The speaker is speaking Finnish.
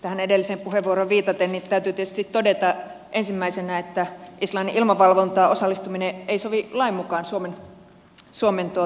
tähän edelliseen puheenvuoroon viitaten täytyy tietysti todeta ensimmäisenä että islannin ilmavalvontaan osallistuminen ei sovi lain mukaan suomen tehtäviin